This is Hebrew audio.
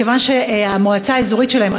מכיוון שהמועצה האזורית שלהם,